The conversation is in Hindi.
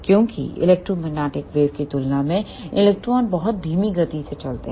क्योंकि इलेक्ट्रोमैग्नेटिक वेव की तुलना में इलेक्ट्रॉन बहुत धीमी गति से चलता है